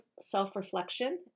self-reflection